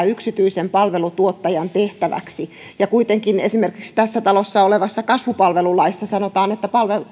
yksityisen palvelutuottajan tehtäväksi kuitenkin esimerkiksi tässä talossa olevassa kasvupalvelulaissa sanotaan että